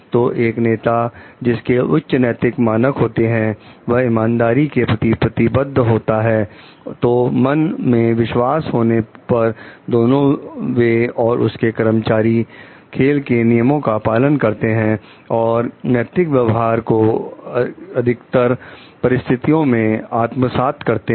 तो एक नेता जिसके उच्च नैतिक मानक होते हैं वह इमानदारी के प्रति प्रतिबंध होता है तो मन में विश्वास होने पर दोनों वे और उनके कर्मचारी खेल के नियमों का पालन करते हैं और नैतिक व्यवहार को अधिकतर परिस्थितियों में आत्मसात करते हैं